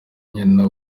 nyina